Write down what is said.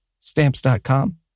stamps.com